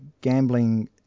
gambling